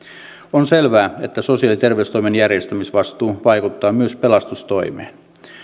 on selvää että sosiaali ja terveystoimen järjestämisvastuu vaikuttaa myös pelastustoimeen